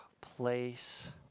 place